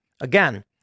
Again